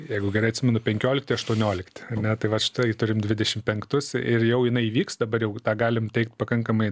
jeigu gerai atsimenu penkiolikti aštuoniolikti ane tai vat štai turim didešim penktus ir jau jinai įvyks dabar jau tą galim teigt pakankamai